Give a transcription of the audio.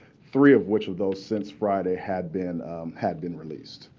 three of which of those since friday have been have been released.